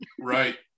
Right